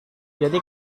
jadi